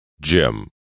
Jim